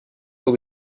will